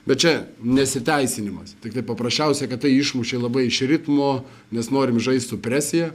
bet čia nesiteisinimas tiktai paprasčiausiai kad tai išmušė labai iš ritmo nes norim žaist su presija